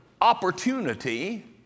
opportunity